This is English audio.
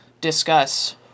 discuss